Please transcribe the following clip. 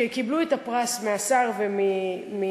שקיבלו את הפרס מהשר ומחיים,